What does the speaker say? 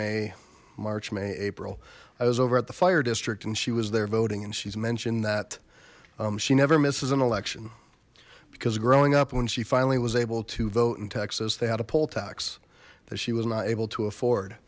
may march may april i was over at the fire district and she was there voting and she's mentioned that she never misses an election because growing up when she finally was able to vote in texas they had a poll tax that she was not able to afford